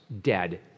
dead